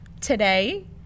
today